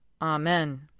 Amen